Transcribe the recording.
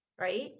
right